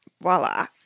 Voila